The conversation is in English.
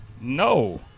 No